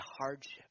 hardship